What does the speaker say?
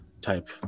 type